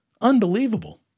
Unbelievable